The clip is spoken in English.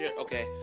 Okay